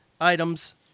items